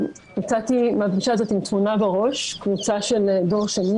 יצאתי מן הפגישה הזאת עם תמונה בראש: קבוצה של דור שני